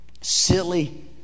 silly